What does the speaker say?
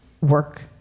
work